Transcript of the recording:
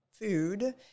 food